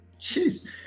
jeez